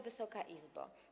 Wysoka Izbo!